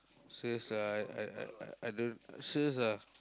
sales I I I I don't sales ah